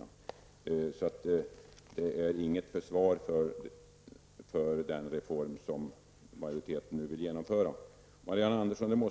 Den situationen utgör alltså inget försvar för den reform som majoriteten nu vill genomföra. Om det, Marianne Andersson,